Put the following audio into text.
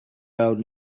out